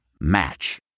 Match